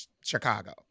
Chicago